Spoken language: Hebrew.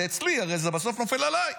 זה אצלי, הרי זה בסוף נופל עליי.